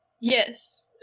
Yes